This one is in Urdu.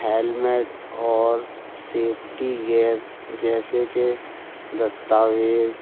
ہیلمیٹ اور سیفٹی گیئر جیسے کہ دستاویز